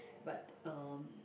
but um